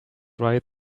right